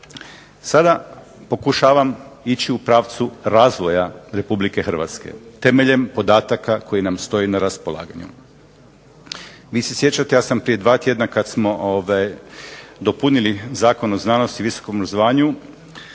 Sada pokušavam ići u pravcu razvoja RH, temeljem podataka koji nam stoje na raspolaganu. Vi se sjećate ja sam prije dva tjedna kada smo dopunili Zakon o znanosti i visokom obrazovanju